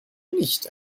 nicht